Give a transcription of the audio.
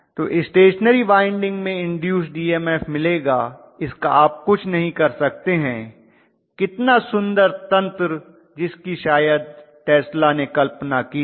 तो stationary winding में induced EMF मिलेगा इसका आप कुछ नहीं कर सकते हैं कितना सुंदर तंत्र जिसकी शायद टेस्ला ने कल्पना की थी